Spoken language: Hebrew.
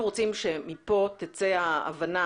אנחנו רוצים שמפה תצא ההבנה